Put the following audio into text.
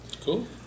Cool